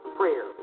prayer